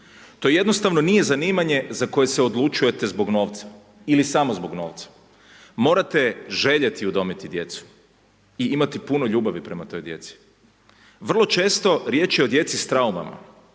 To jednostavno nije zanimanje za koje se odlučujete zbog novca, ili samo zbog novca, morate željeti udomiti djecu i imati puno ljubavi prema toj djeci. Vrlo često riječ je o djeci s traumama